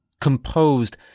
composed